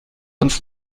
uns